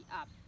up